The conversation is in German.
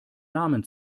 namen